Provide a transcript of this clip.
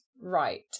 Right